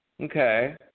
Okay